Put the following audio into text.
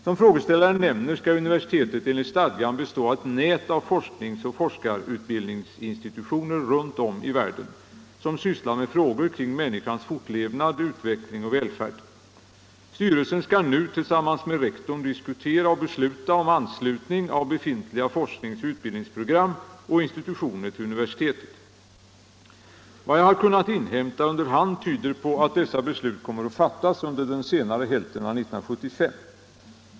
Som frågeställaren nämner skall universitetet enligt stadgan bestå av ett nät av forskningsoch forskarutbildningsinstitutioner runt om i världen som sysslar med frågor kring människans fortlevnad, utveckling och välfärd. Styrelsen skall nu tillsammans med rektorn diskutera och besluta om anslutning av befintliga forsknings-och utbildningsprogram och forskningsinstitutioner till universitetet. Vad jag har kunnat inhämta under hand tyder på att dessa beslut kommer att fattas under den senare hälften av 1975.